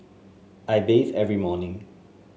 I bathe every morning